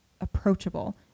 approachable